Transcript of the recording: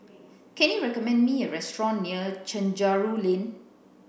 can you recommend me a restaurant near Chencharu Lane